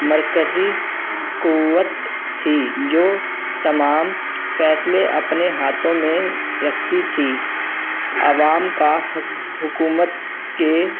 مرکزی قوت تھی جو تمام فیصلے اپنے ہاتھوں میں رکھتی تھی عوام کا حکومت کے